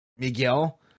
miguel